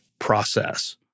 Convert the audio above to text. Process